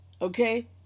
Okay